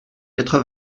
quatre